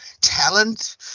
talent